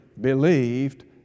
believed